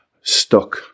stuck